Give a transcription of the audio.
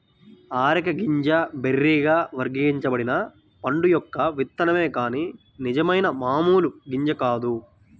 areca గింజ బెర్రీగా వర్గీకరించబడిన పండు యొక్క విత్తనమే కాని నిజమైన మామూలు గింజ కాదు